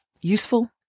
Useful